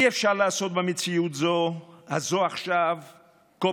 אי-אפשר לעשות במציאות הזאת עכשיו copy-paste,